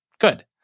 good